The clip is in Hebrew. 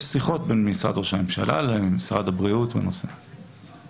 יש שיחות בין משרד ראש הממשלה למשרד הבריאות בנושא הזה.